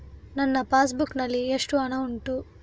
ನನ್ನ passbook ನಲ್ಲಿ ಎಷ್ಟು ಹಣ ಉಂಟು?